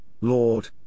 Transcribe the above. Lord